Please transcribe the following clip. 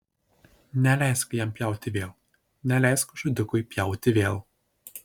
neleisk jam pjauti vėl neleisk žudikui pjauti vėl